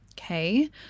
Okay